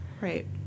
right